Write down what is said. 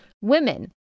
women